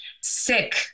sick